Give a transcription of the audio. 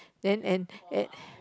then and at